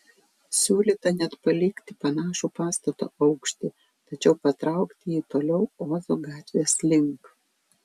siūlyta net palikti panašų pastato aukštį tačiau patraukti jį toliau ozo gatvės link